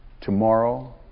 tomorrow